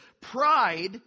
Pride